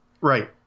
Right